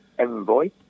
Envoy